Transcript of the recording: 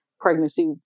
pregnancy